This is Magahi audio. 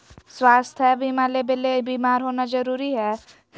स्वास्थ्य बीमा लेबे ले बीमार होना जरूरी हय?